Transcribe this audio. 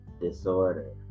disorder